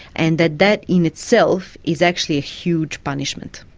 and that that in itself is actually a huge punishment.